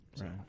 Right